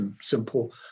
simple